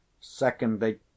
Secondly